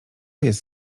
jest